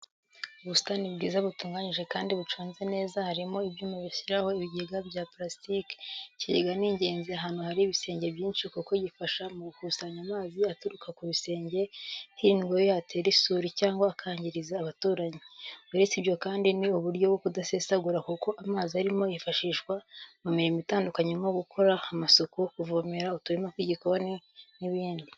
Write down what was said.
Ubusitani bwiza butunganyije kandi buconze neza, harimo ibyuma bashyiraho ibigega bya purasitike. Ikigega ni ingenzi ahantu hari ibisenge byinshi kuko gifasha mu gukusanya amazi aturuka ku bisenge hirindwa yo yatera isuri cyangwa akangiriza abaturanyi. Uretse ibyo kandi, ni uburyo bwo kudasesagura kuko amazi arimo yifashishwa mu mirimo itandukanye nko gukora amasuku, kuvomera uturima tw'igikoni n'ibindi.